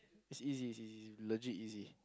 it's easy it's easy legit easy